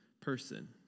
person